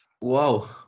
wow